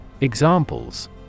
Examples